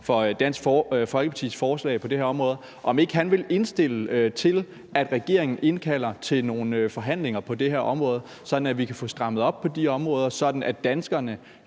for Dansk Folkepartis forslag på det her område – om ikke han vil indstille til, at regeringen indkalder til nogle forhandlinger på det her område, sådan at vi kan få strammet op på de områder, sådan at danskerne